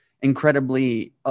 incredibly